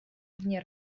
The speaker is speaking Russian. вне